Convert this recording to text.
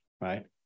right